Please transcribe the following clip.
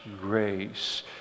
grace